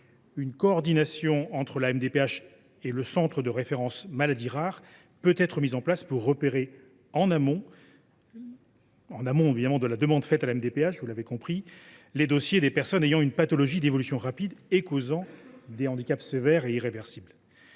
une coordination entre la MDPH et le centre de référence pour les maladies rares pourra être mise en place pour repérer, en amont de la demande faite à la MDPH, les dossiers des personnes ayant une pathologie d’évolution rapide et causant des handicaps sévères et irréversibles.